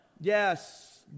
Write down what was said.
Yes